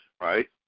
right